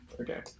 Okay